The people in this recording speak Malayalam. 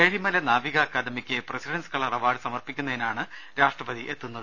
ഏഴിമല നാവിക അക്കാദമിക്ക് പ്രസിഡൻസ് കളർ അവാർഡ് സർപ്പിക്കുന്നതിനാണ് രാഷ്ട്രപതി എത്തുന്നത്